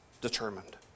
determined